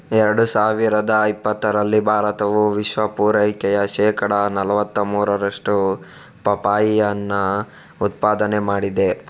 ಎರಡು ಸಾವಿರದ ಇಪ್ಪತ್ತರಲ್ಲಿ ಭಾರತವು ವಿಶ್ವ ಪೂರೈಕೆಯ ಶೇಕಡಾ ನಲುವತ್ತ ಮೂರರಷ್ಟು ಪಪ್ಪಾಯಿಯನ್ನ ಉತ್ಪಾದನೆ ಮಾಡಿದೆ